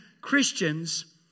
Christians